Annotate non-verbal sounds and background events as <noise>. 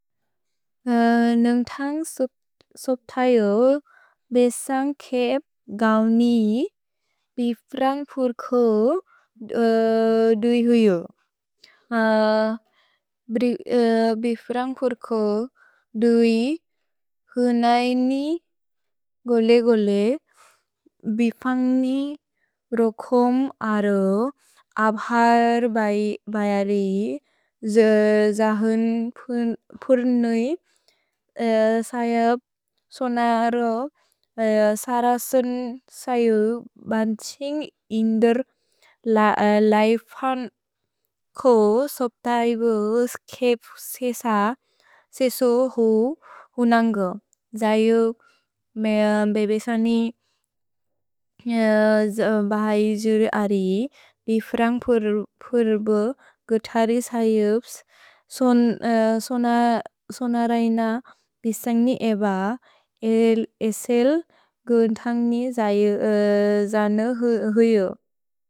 न्न्ग् थ्न्ग् सोप्त्इ ओ बे स्न्ग् केप् ग्उ न् बि फ्र्न्ग् प्र् क् <hesitation> द्इ हुयो। भि फ्र्न्ग् प्र् क् द्इ ह्न्इ न् गोले गोले बि फ्न्ग् न् रोखोम् अरो। अभ्र् ब्य र् ज् ह्न् प्र् न् स्य स्न् रो स्र स्न् स्यु ब्न्çइन्ग् इन्द्र् लैफ्न्ग् क् सोप्त्इ ओ केप् सेस सेसो ह् ह्न्न्ग् ग्उ। स्यु मे बेबेसनि ब्यि ज्रि अरि बि फ्र्न्ग् प्र् प्र् ब् ग्थरि स्युप्स् स्न् रन बि स्न्ग् न् एब एल् एसेल् ग् थ्न्ग् न् स्यु ज्न् ह् हुयो।